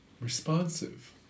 responsive